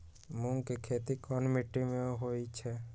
मूँग के खेती कौन मीटी मे होईछ?